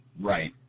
Right